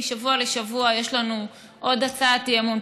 משבוע לשבוע יש לנו עוד הצעת אי-אמון,